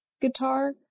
guitar